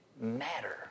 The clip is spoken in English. matter